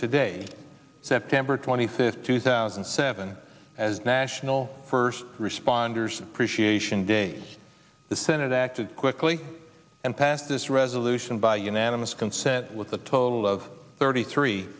today september twenty fifth two thousand and seven as national first responders appreciation day the senate acted quickly and passed this resolution by unanimous consent with a total of thirty three